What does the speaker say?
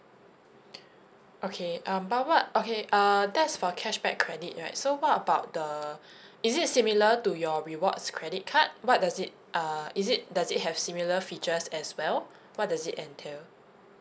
okay um but what okay err that's for cashback credit right so what about the is it similar to your rewards credit card what does it uh is it does it have similar features as well what does it entail